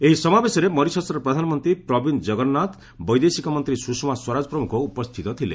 ଏହି ସମାବେଶରେ ମରିସସ୍ର ପ୍ରଧାନମନ୍ତ୍ରୀ ପ୍ରବିନ୍ଦ ଜଗନ୍ନାଥ ବୈଦେଶିକମନ୍ତ୍ରୀ ସୁଷମା ସ୍ୱରାଜ ପ୍ରମୁଖ ଉପସ୍ଥିତ ଥିଲେ